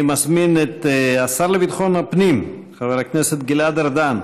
אני מזמין את השר לביטחון הפנים חבר הכנסת גלעד ארדן